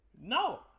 No